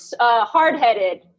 hard-headed